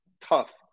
tough